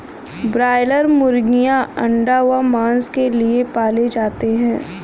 broiler मुर्गीयां अंडा व मांस के लिए पाले जाते हैं